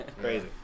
Crazy